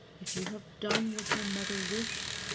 if you have done what your mother wished,